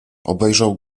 obejrzał